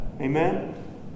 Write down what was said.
Amen